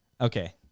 okay